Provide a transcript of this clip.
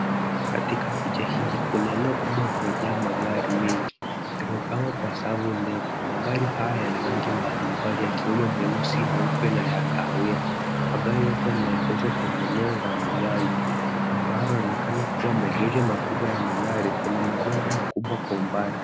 Katika picha hii kuna eneo kubwa lililojaa magari mengi yaliyopangwa kwa safu ndefu. Magari haya ya rangi mbalimbali yakiwemo meusi, meupe na ya kahawia. Magari yote yameegeshwa kwenye eneo la wazi ambalo linaonekana kuwa maegesho makubwa ya magari. Kuna majengo makubwa kwa umbali.